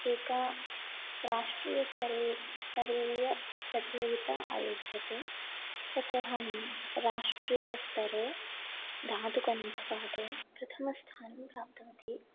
एका राष्ट्रीयस्तरे स्तरीयप्रतियोगिता आयोज्यते तत्र अहं राष्ट्रीयस्तरे धातुकण्ठपाठे प्रथमस्थानं प्राप्तवती